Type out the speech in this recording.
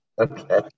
Okay